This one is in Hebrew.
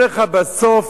אני אומר לך, בסוף